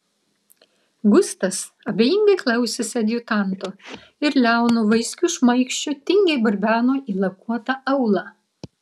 gustas abejingai klausėsi adjutanto ir liaunu vaiskiu šmaikščiu tingiai barbeno į lakuotą aulą